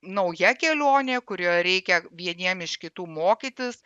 nauja kelionė kurioje reikia vieniem iš kitų mokytis